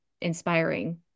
inspiring